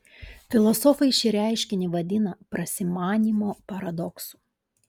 filosofai šį reiškinį vadina prasimanymo paradoksu